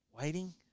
waiting